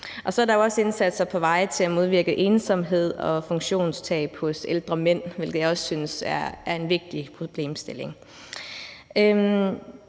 Og så er der jo også indsatser på vej til at modvirke ensomhed og funktionstab hos ældre mænd, hvilket jeg også synes er en vigtig problemstilling.